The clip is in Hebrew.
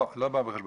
לא, לא בא בחשבון.